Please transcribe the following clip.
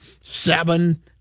seven